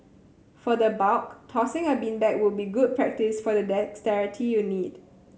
for the bulk tossing a beanbag would be good practice for the dexterity you'll need